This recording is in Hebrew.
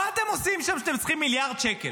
אזרחי מדינת ישראל הם אלה שעושים את השימוע,